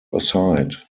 aside